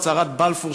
הצהרת בלפור,